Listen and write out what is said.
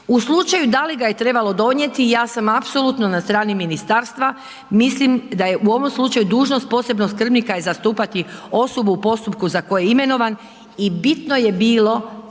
U slučaju da li ga je trebalo donijeti, ja sam apsolutno na strani ministarstva, mislim da je u ovom slučaju dužnost posebnog skrbnika je zastupati osobu u postupku za koje je imenovan i bitno je bilo